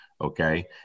okay